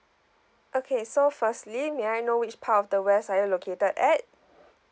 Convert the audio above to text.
okay so firstly may I know which part of the west are you located at